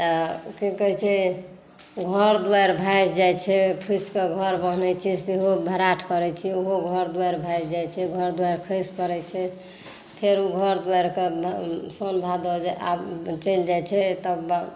तऽ की कहै छै घर दुआरि भासि जाइ छै फुस के घर बन्है छी सेहो भराठ करै छी ओहो घर दुआरि भासि जाइ छै घर दुआरि खैस परै छै फेर ओ घर दुआरि के सौन भादव जे चैल जाइ छै तब